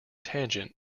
tangent